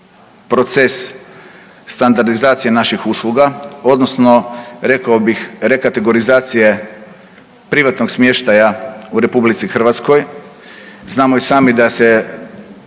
proces standardizacije naših usluga odnosno rekao bih rekategorizacije privatnog smještaja u RH. Znamo i sami da se